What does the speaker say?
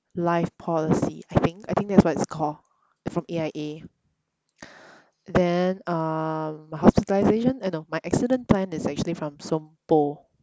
life policy I think I think that's what it's called from A_I_A then um hospitalisation eh no my accident plan is actually from sompo